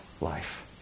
life